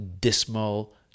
dismal